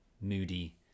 moody